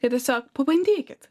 tai tiesiog pabandykit